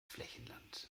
flächenland